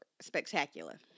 spectacular